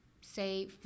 say